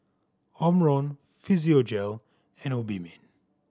Omron Physiogel and Obimin